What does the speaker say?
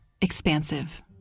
Expansive